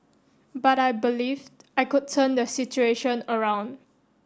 but I believed I could turn the situation around